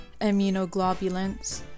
immunoglobulins